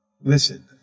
listen